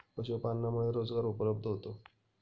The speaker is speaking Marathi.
पशुपालनामुळे रोजगार उपलब्ध होतो